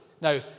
now